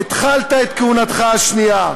התחלת את כהונתך השנייה.